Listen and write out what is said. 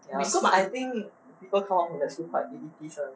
ya but because I think people come out from that school quite elites [one]